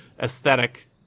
aesthetic